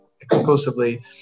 exclusively